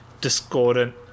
discordant